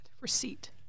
Receipt